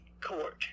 court